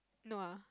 no ah